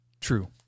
True